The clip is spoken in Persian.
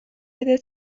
بده